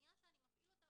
בשנייה שאני מפעיל אותה